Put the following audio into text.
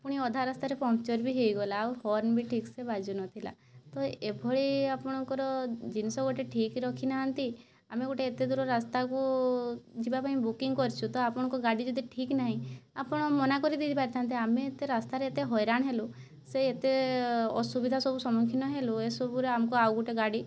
ପୁଣି ଅଧା ରାସ୍ତାରେ ପଙ୍କ୍ଚର୍ ବି ହେଇଗଲା ଆଉ ହର୍ଣ୍ଣ ବି ଠିକ୍ସେ ବାଜୁନଥିଲା ତ ଏଭଳି ଆପଣଙ୍କର ଜିନିଷ ଗୋଟିଏ ଠିକ୍ ରଖିନାହାନ୍ତି ଆମେ ଗୋଟିଏ ଏତେଦୂର ରାସ୍ତାକୁ ଯିବା ପାଇଁ ବୁକିଂ କରିଛୁ ତ ଆପଣଙ୍କ ଗାଡ଼ି ଯଦି ଠିକ୍ ନାହିଁ ଆପଣ ମନା କରି ଦେଇପାରିଥାନ୍ତେ ଆମେ ଏତେ ରାସ୍ତାରେ ଏତେ ହଇରାଣ ହେଲୁ ସେ ଏତେ ଅସୁବିଧା ସବୁ ସମ୍ମୁଖୀନ ହେଲୁ ଏସବୁରେ ଆମକୁ ଆଉ ଗୋଟେ ଗାଡ଼ି